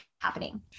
happening